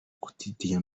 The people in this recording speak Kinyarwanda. kutitinya